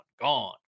gone